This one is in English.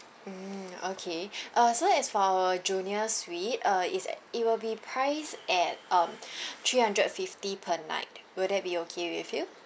mm okay uh so as for junior suite uh it's at it will be priced at um three hundred fifty per night will that be okay with you